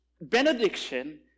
benediction